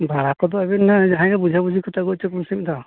ᱵᱷᱟᱲᱟ ᱠᱚᱫᱚ ᱟᱹᱵᱤᱱ ᱡᱟᱦᱟᱸᱭ ᱜᱮ ᱵᱩᱡᱷᱟᱹᱣ ᱵᱩᱡᱷᱤ ᱠᱟᱛᱮᱫ ᱟᱹᱜᱩ ᱦᱚᱪᱚ ᱠᱚᱵᱤᱱ ᱥᱮ ᱢᱤᱫ ᱫᱷᱟᱣ